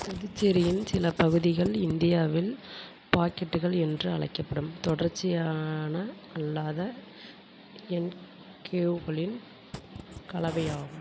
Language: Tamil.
புதுச்சேரியில் சில பகுதிகள் இந்தியாவில் பாக்கெட்டுகள் என்று அழைக்கப்படும் தொடர்ச்சியான அல்லாத என்க்கேவ்களின் கலவையாகும்